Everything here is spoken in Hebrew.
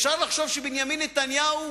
אפשר לחשוב שבנימין נתניהו